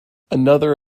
another